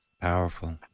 powerful